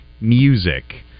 music